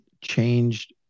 changed